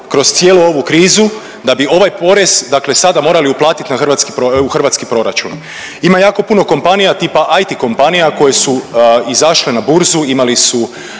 kroz cijelu ovu krizu da bi ovaj porez, dakle sada morali uplatiti u hrvatski proračun. Ima jako puno kompanija tipa IT kompanija koje su izašle na burzu, imali su